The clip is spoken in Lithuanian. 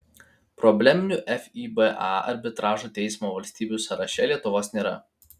probleminių fiba arbitražo teismo valstybių sąraše lietuvos nėra